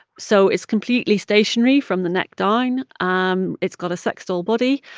so it's completely stationary from the neck down. um it's got a sex doll body,